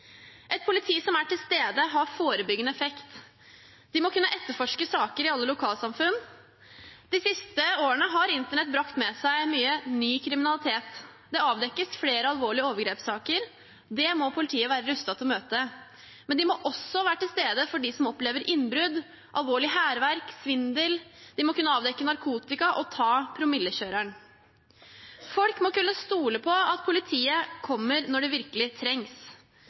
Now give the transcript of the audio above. Et politi som er til stede, har forebyggende effekt. De må kunne etterforske saker i alle lokalsamfunn. De siste årene har internett brakt med seg mye ny kriminalitet. Det avdekkes flere alvorlige overgrepssaker. Det må politiet være rustet til å møte. Men de må også være til stede for dem som opplever innbrudd, alvorlig hærverk og svindel. De må kunne avdekke narkotika og ta promillekjøreren. Folk må kunne stole på at politiet kommer når det virkelig trengs.